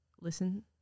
listen